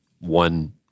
one